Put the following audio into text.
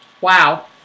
Wow